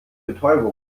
betäubung